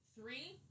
Three